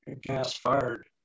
gas-fired